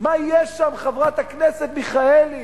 מה יש שם, חברת הכנסת מיכאלי?